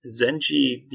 zenji